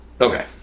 Okay